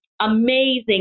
amazing